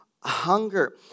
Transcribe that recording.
Hunger